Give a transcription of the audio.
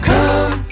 Come